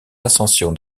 ascension